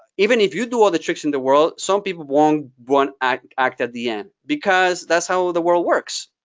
even if you do all the tricks in the world, some people won't won't act act at the end, because that's how the world works.